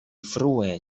frue